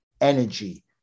energy